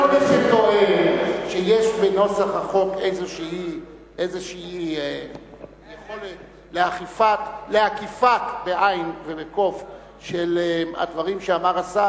כל מי שטוען שיש בנוסח החוק איזושהי יכולת לעקיפה של הדברים שאמר השר,